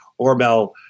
Ormel